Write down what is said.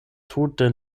tute